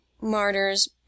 martyrs